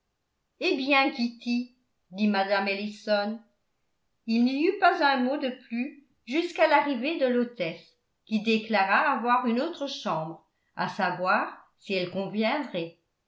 eh bien kitty dit mme ellison il n'y eut pas un mot de plus jusqu'à l'arrivée de l'hôtesse qui déclara avoir une autre chambre à savoir si elle